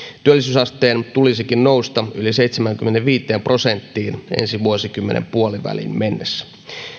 työllisyysasteen tulisikin nousta yli seitsemäänkymmeneenviiteen prosenttiin ensi vuosikymmenen puoliväliin mennessä